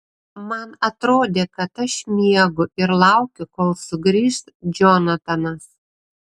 man atrodė kad aš miegu ir laukiu kol sugrįš džonatanas